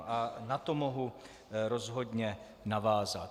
A na to mohu rozhodně navázat.